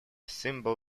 symbol